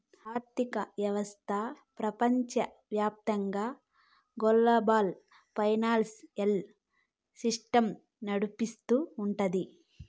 ఆర్థిక వ్యవస్థ ప్రపంచవ్యాప్తంగా గ్లోబల్ ఫైనాన్సియల్ సిస్టమ్ నడిపిస్తూ ఉంటది